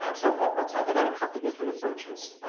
um so i'll talk about a couple of different approaches.